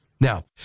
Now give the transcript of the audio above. Now